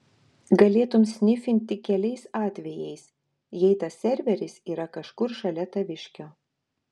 galėtum snifint tik keliais atvejais jei tas serveris yra kažkur šalia taviškio